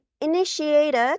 initiated